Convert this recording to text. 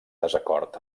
desacord